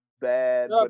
bad